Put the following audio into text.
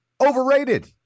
Overrated